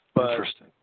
Interesting